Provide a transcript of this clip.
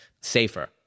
safer